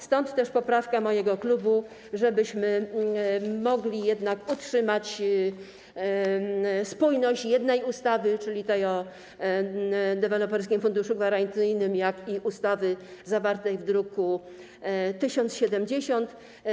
Stąd też poprawka mojego klubu, żebyśmy mogli jednak utrzymać spójność ustaw, jednej ustawy, czyli tej o Deweloperskim Funduszu Gwarancyjnym, jak i ustawy zawartej w druku nr 1070.